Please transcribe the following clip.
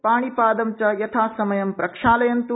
पाणिपादं च यथासमयं प्रक्षालयन्त्